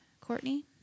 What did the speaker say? Courtney